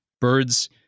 Birds